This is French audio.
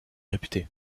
réputé